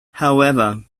however